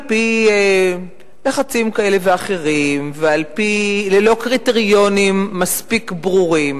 על-פי לחצים כאלה ואחרים וללא קריטריונים מספיק ברורים,